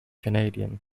canadian